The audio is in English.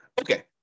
Okay